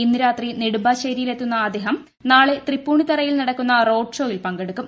ഇന്ന് രാത്രി നെടുമ്പാശ്ശേരിയിലെത്തുന്ന അദ്ദേഹം നാളെ തൃപ്പുണിത്തുറയിൽ നടക്കുന്ന റോഡ്പ് ഷോയിൽ പങ്കെടുക്കും